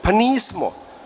Pa, nismo.